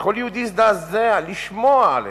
וכל יהודי הזדעזע לשמוע עליהם,